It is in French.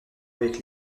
avec